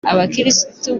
abakiristu